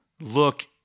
look